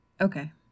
Okay